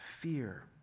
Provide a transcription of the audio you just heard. fear